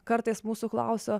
kartais mūsų klausia